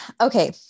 Okay